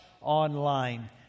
online